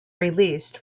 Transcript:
released